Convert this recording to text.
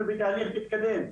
אנחנו בתהליך מתקדם.